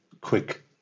quick